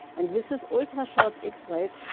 and this is ultrashort x-rays,